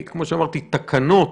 כמו שאמרתי, תקנות